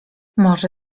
może